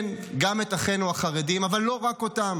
כן, גם את אחינו החרדים, אבל לא רק אותם.